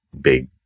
big